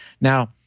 Now